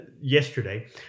yesterday